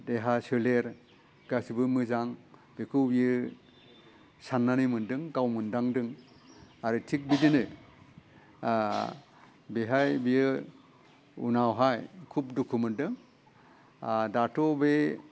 देहा सोलेर गासिबो मोजां बेखौ बियो सान्नानै मोन्दों गाव मोनदांदों आरो थिग बिदिनो बेहाय बियो उनावहाय खुब दुखु मोन्दों दाथ' बे